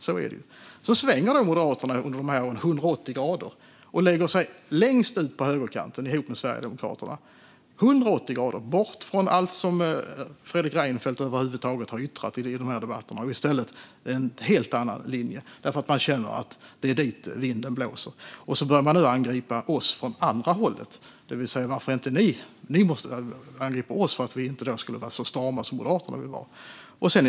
Så svänger Moderaterna 180 grader och lägger sig längst ut på högerkanten tillsammans med Sverigedemokraterna, bort från allt som Fredrik Reinfeldt över huvud taget har yttrat i debatterna, och man intar i stället en helt annan linje därför att man känner att det är dit vinden blåser. Så börjar man nu angripa oss från andra hållet, det vill säga man angriper oss för att vi inte är så strama som Moderaterna vill vara.